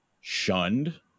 shunned